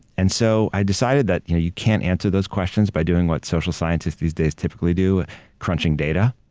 and so i decided that you you can't answer those questions by doing what social scientists these days typically do crunching data.